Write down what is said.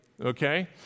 okay